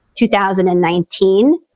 2019